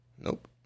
Nope